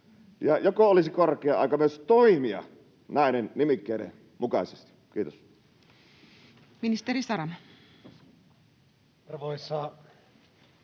Ja joko olisi korkea aika myös toimia näiden nimikkeiden mukaisesti? — Kiitos. Ministeri Saramo.